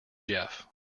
jeff